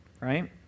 right